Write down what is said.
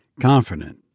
confident